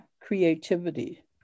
creativity